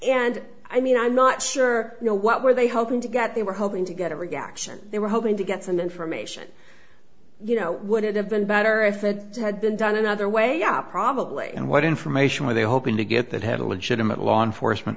and i mean i'm not sure you know what were they hoping to get they were hoping to get a reaction they were hoping to get some information you know would it have been better if it had been done another way up probably and what information were they hoping to get that had a legitimate law enforcement